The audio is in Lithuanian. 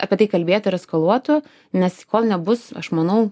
apie tai kalbėti ir eskaluotu nes kol nebus aš manau